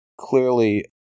clearly